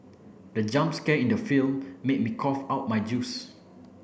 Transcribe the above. the jump scare in the film made me cough out my juice